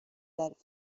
that